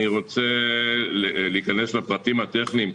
אני רוצה להיכנס לפרטים הטכניים,